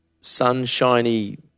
sunshiny